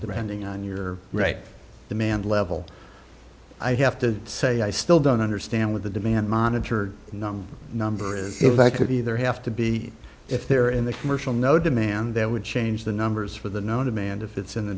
demanding on your right demand level i have to say i still don't understand what the demand monitored number number is if i could either have to be if they're in the commercial no demand that would change the numbers for the no demand if it's in the